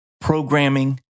programming